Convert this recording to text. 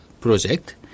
project